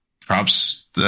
props